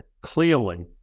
clearly